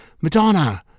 Madonna